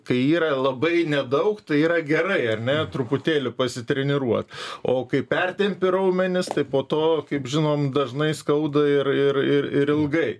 kai yra labai nedaug tai yra gerai ar ne truputėlį pasitreniruot o kai pertempi raumenis tai po to kaip žinom dažnai skauda ir ir ir ir ilgai